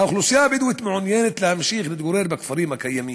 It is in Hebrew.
האוכלוסייה הבדואית מעוניינת להמשיך להתגורר בכפרים הקיימים,